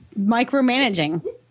micromanaging